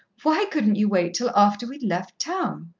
why couldn't you wait till after we'd left town?